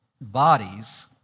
bodies